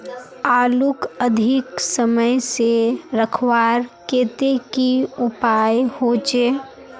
आलूक अधिक समय से रखवार केते की उपाय होचे?